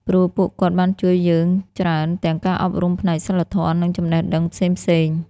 ព្រោះពួកគាត់បានជួយយើងច្រើនទាំងការអប់រំផ្នែកសីលធម៌និងចំណេះដឹងផ្សេងៗ។